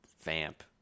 vamp